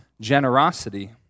generosity